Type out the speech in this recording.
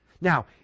now